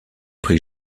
prit